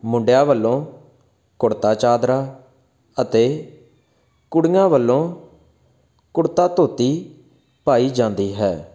ਮੁੰਡਿਆਂ ਵੱਲੋਂ ਕੁੜਤਾ ਚਾਦਰਾ ਅਤੇ ਕੁੜੀਆਂ ਵੱਲੋਂ ਕੁੜਤਾ ਧੋਤੀ ਪਾਈ ਜਾਂਦੀ ਹੈ